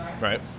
Right